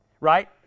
right